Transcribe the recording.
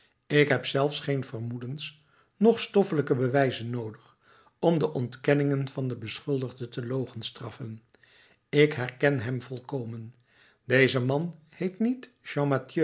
ik heb zelfs geen vermoedens noch stoffelijke bewijzen noodig om de ontkenningen van den beschuldigde te logenstraffen ik herken hem volkomen deze man heet niet